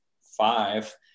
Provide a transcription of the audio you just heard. five